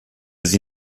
sie